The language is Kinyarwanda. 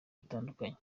butandukanye